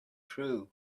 true